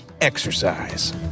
exercise